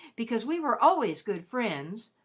because we were always good friends.